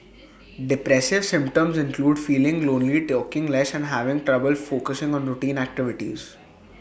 depressive symptoms include feeling lonely talking less and having trouble focusing on routine activities